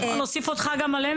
תודה, אדוני היושב-ראש.